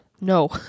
No